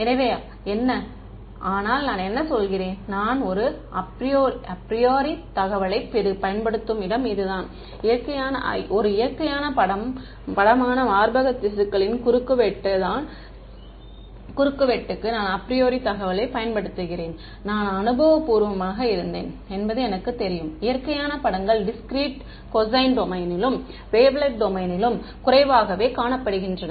எனவே என்ன ஆனால் நான் சொல்கிறேன் நான் ஒரு அப்ரியோரி தகவலைப் பயன்படுத்தும் இடம் இதுதான் ஒரு இயற்கை படமான மார்பக திசுக்களின் குறுக்கு வெட்டுக்கு நான் அப்ரியோரி தகவலைப் பயன்படுத்துகிறேன் நான் அனுபவபூர்வமாக இருந்தேன் என்பது எனக்குத் தெரியும் இயற்கையான படங்கள் டிஸ்க்ரீட் கொசைன் டொமைனிலும் வேவ்லெட் டொமைனிலும் குறைவாகவே காணப்படுகின்றன